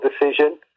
decision